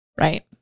right